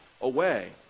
away